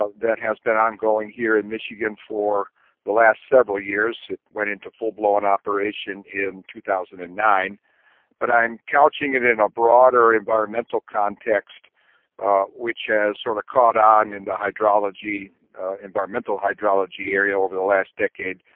ah that has been ongoing here in michigan for the last several years. it went into full blown operation in two thousand and nine but i'm couching it in a broader environmental context which has sort have caught on in the hydrology environmental hydrology area over the last decade,